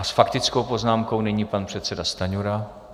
S faktickou poznámkou nyní pan předseda Stanjura.